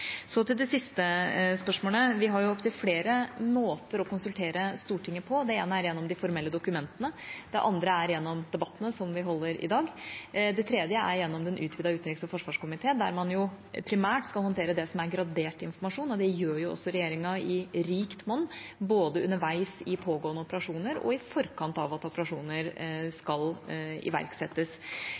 Så til det siste spørsmålet. Vi har jo flere måter å konsultere Stortinget på. Den ene er gjennom de formelle dokumentene, den andre er gjennom debattene, som den vi holder i dag, den tredje er gjennom den utvidede utenriks- og forsvarskomiteen, der man jo primært skal håndtere gradert informasjon. Det gjør også regjeringa i rikt monn, både underveis i pågående operasjoner og i forkant av at operasjoner skal iverksettes.